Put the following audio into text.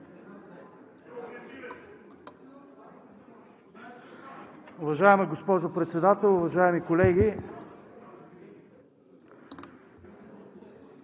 Уважаема госпожо Председател, уважаеми колеги!